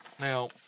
now